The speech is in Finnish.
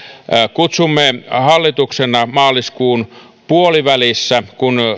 kutsumme hallituksena maaliskuun puolivälissä kun